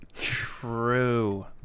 True